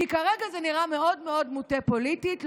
כי כרגע זה נראה מאוד מאוד מוטה פוליטית,